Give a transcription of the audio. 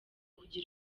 kujya